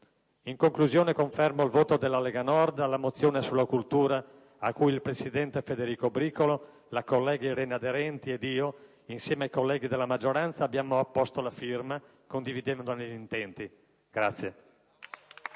In conclusione, confermo il voto della Lega Nord alla mozione sulla cultura n. 129, a cui il presidente Bricolo, la collega Aderenti ed io, insieme ai colleghi della maggioranza abbiamo apposto la firma, condividendone gli intenti.